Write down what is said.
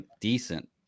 decent